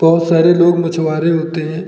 बहुत सारे लोग मछुआरे होते हैं